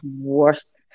worst